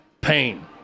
pain